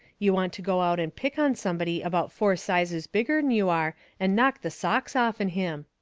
you want to go out and pick on somebody about four sizes bigger'n you are and knock the socks off'n him.